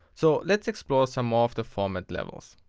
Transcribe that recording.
so let's explore some more of the format levels.